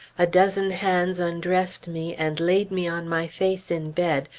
a dozen hands undressed me, and laid me on my face in bed,